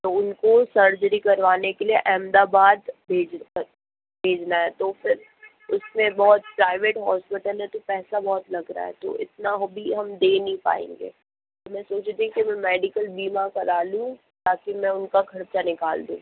तो उनको सर्जरी करवाने के लिए अहमदाबाद भेज भेजना है तो फिर उसमें बहुत प्राइवेट हॉस्पिटल हैं तो पैसा बहुत लग रहा है तो इतना अभी हम दे नहीं पाएंगे तो मैं सोच रही थी कि मैं मेडिकल बीमा करा लूं ताकि मैं उनका खर्चा निकाल दूं